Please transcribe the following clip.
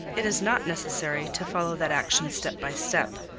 it is not necessary to follow that action step by step.